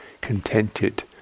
contented